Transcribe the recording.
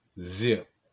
zip